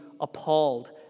appalled